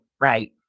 right